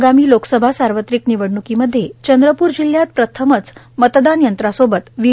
आगामी लोकसभा सार्वत्रिक निवडणूकीमध्ये चंद्रपूर जिल्हयात प्रथमतच मतदान यंत्रासोबत व्ही